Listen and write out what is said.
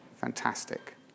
Fantastic